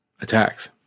attacks